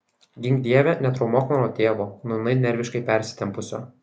gink dieve netraumuok mano tėvo nūnai nerviškai persitempusio